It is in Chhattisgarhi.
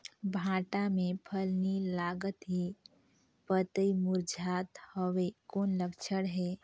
भांटा मे फल नी लागत हे पतई मुरझात हवय कौन लक्षण हे?